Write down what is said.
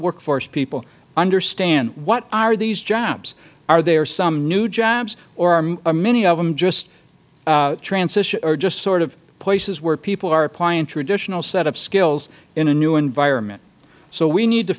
workforce people understand what are these jobs are there some new jobs or are many of them just transition or just sort of places where people are applying a traditional set of skills in a new environment so we need to